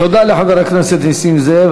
תודה לחבר הכנסת נסים זאב.